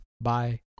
Bye